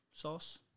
sauce